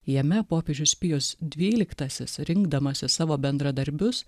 jame popiežius pijus dvyliktasis rinkdamasis savo bendradarbius